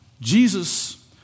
Jesus